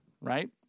right